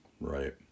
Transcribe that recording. Right